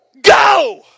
Go